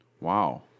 wow